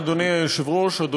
אדוני היושב-ראש, תודה לך.